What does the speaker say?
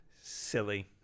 silly